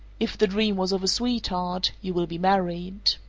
if the dream was of a sweetheart, you will be married.